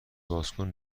بازکن